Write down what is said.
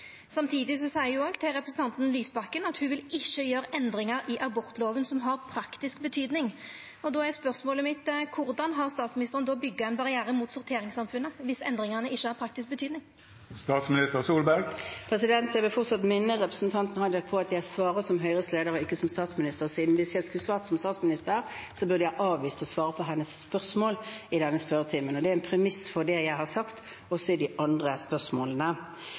Samtidig seier ho òg til representanten Lysbakken at ho ikkje vil gjera endringar i abortloven som har praktisk betyding. Då er spørsmålet mitt: Korleis har statsministeren då bygd ein barriere mot sorteringssamfunnet – viss endringane ikkje har praktisk betyding? Jeg vil fortsatt minne representanten Hadia Tajik om at jeg svarer som Høyres leder og ikke som statsminister. Hvis jeg skulle svart som statsminister, burde jeg ha avvist å svare på hennes spørsmål i denne spørretimen. Det er en premiss for det jeg har sagt også i de andre